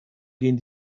gehen